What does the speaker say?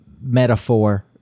metaphor